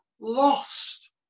lost